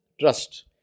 trust